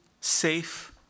safe